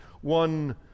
one